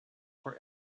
for